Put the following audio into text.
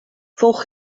fou